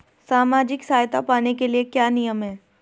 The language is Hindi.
सामाजिक सहायता पाने के लिए क्या नियम हैं?